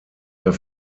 der